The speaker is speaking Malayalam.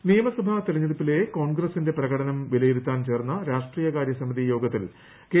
പുനസംഘടന് നിയമസഭാ തിരഞ്ഞെടുപ്പില്ല് കോൺഗ്രസ്സിന്റെ പ്രകടനം വിലയിരുത്താൻ ചേർന്ന് രാഷ്ട്രീയ കാര്യ സമിതി യോഗത്തിൽ കെ